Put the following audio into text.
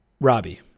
Robbie